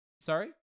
sorry